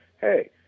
Hey